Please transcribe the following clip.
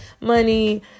money